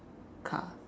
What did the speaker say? car